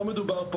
לא מדובר פה,